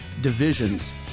divisions